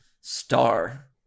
Star